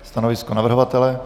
Stanovisko navrhovatele?